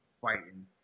fighting